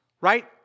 right